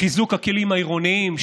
חיזוק הכלים העירוניים,